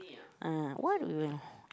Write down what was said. uh what will